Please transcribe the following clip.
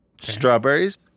strawberries